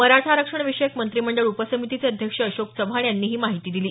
मराठा आरक्षण विषयक मंत्रिमंडळ उपसमितीचे अध्यक्ष अशोक चव्हाण यांनी ही माहिती दिली